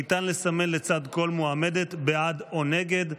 ניתן לסמן לצד כל מועמדת בעד או נגד,